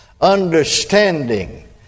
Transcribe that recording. understanding